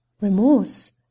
Remorse